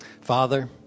Father